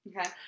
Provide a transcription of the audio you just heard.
Okay